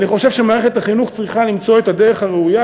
אני חושב שמערכת החינוך צריכה למצוא את הדרך הראויה.